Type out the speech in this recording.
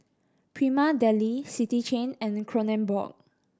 Prima Deli City Chain and Kronenbourg